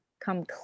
come